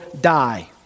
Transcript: die